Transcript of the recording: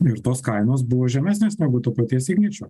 ir tos kainos buvo žemesnės negu to paties igničio